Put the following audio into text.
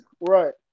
Right